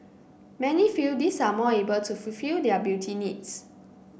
many feel these are more able to fulfil their beauty needs